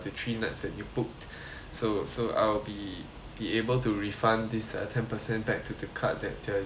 so so I'll be be able to refund this uh ten percent back to the card that uh you use to book the hotel